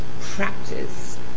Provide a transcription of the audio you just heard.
practice